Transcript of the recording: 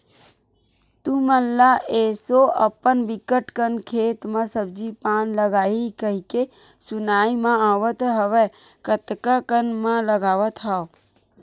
तुमन ल एसो अपन बिकट कन खेत म सब्जी पान लगाही कहिके सुनाई म आवत हवय कतका कन म लगावत हव?